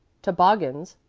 toboggans,